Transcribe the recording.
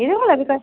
इ'दे कोला वी घट्ट